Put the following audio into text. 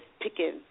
picking